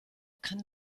kann